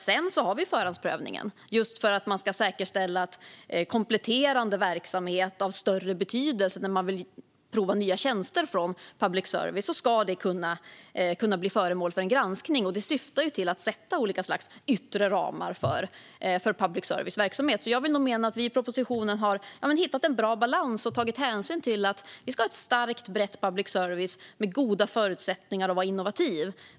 Sedan finns förhandsprövningen för att säkerställa att kompletterande verksamhet av större betydelse, när man vill prova nya tjänster från public service, ska kunna bli föremål för granskning. Det syftar till att sätta olika slags yttre ramar för public services verksamhet. Jag menar att regeringen i propositionen har hittat en bra balans och tagit hänsyn till att vi ska ha en stark och bred public service med goda förutsättningar, och den ska vara innovativ.